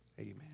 Amen